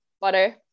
butter